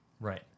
Right